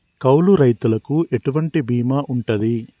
కౌలు రైతులకు ఎటువంటి బీమా ఉంటది?